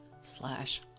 slash